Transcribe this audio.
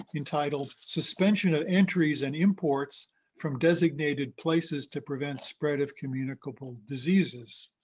um entitled suspension of entries and imports from designated places to prevent spread of communicable diseases.